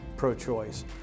pro-choice